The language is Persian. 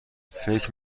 فکر